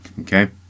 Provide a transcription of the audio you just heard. okay